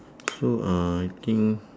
so uh I think